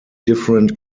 different